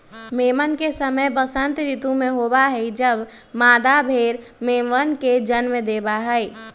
मेमन के समय वसंत ऋतु में होबा हई जब मादा भेड़ मेमनवन के जन्म देवा हई